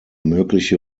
mögliche